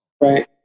Right